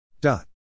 dot